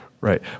Right